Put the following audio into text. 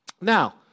Now